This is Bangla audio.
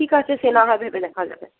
ঠিক আছে সে না হয় ভেবে দেখা যাবে